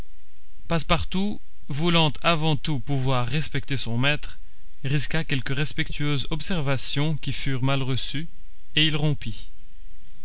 passepartout voulant avant tout pouvoir respecter son maître risqua quelques respectueuses observations qui furent mal reçues et il rompit